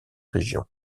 région